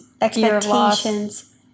expectations